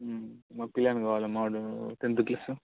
మా పిల్ల వానికి కావాలమ్మ వాడు టెన్త్ క్లాస్